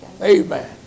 Amen